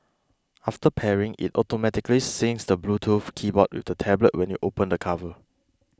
after pairing it automatically syncs the bluetooth keyboard with the tablet when you open the cover